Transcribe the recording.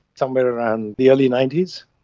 somewhere around the early ninety s.